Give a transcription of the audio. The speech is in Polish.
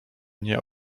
nie